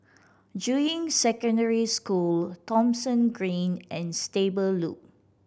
Juying Secondary School Thomson Green and Stable Loop